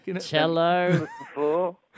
Cello